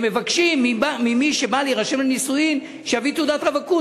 הם מבקשים ממי שבא להירשם לנישואים שיביא תעודת רווקות.